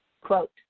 quote